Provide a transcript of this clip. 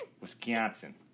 Wisconsin